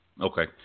Okay